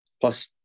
Plus